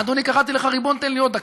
אדוני, קראתי לך ריבון, תן לי עוד דקה.